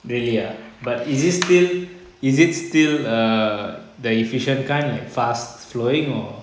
really ah but is it still is it still err the efficient kind like fast flowing or